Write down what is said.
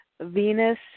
Venus